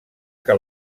que